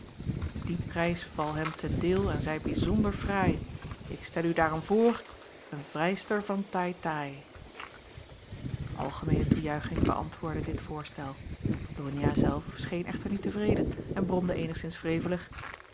die prijs vall hem ten deel en zij bijzonder fraai ik stel u daarom voor een vrijster van taai taai algemeene toejuiching beäntwoordde dit voorstel donia zelf scheen echter niet tevreden en bromde